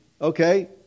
Okay